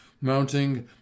mounting